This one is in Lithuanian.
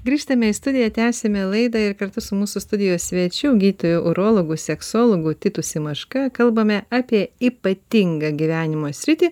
grįžtame į studiją tęsiame laidą ir kartu su mūsų studijos svečiu gydytoju urologu seksologu titu simaška kalbame apie ypatingą gyvenimo sritį